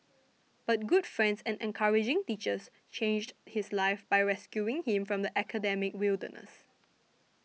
but good friends and encouraging teachers changed his life by rescuing him from the academic wilderness